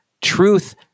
truth